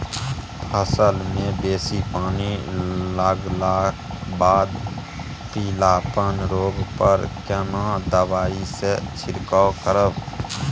फसल मे बेसी पानी लागलाक बाद पीलापन रोग पर केना दबाई से छिरकाव करब?